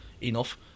enough